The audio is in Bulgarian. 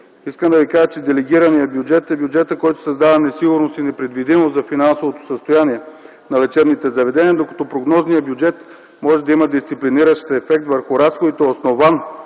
Искам да ви кажа, че делегираният бюджет е бюджетът, който създава несигурност и непредвидимост за финансовото състояние на лечебните заведения, докато прогнозният бюджет може да има дисциплиниращ ефект върху разходите, основан